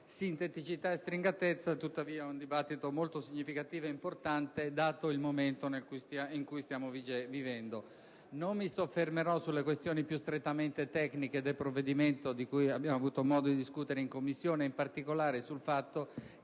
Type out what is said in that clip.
sinteticità e stringatezza, è tuttavia un dibattito molto significativo e importante, dato il momento che si sta vivendo. Non mi soffermerò sulle questioni più strettamente tecniche del provvedimento di cui abbiamo avuto modo di discutere in Commissione, in particolare sul fatto che